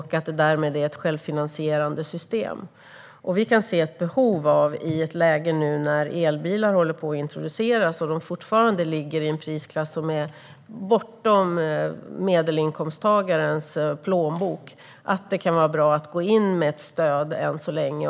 Därmed är det ett självfinansierande system. I ett läge där elbilar håller på att introduceras och fortfarande ligger i en prisklass som är bortom medelinkomsttagarens plånbok ser vi att det kan vara bra att gå in med ett stöd än så länge.